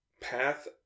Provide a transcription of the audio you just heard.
path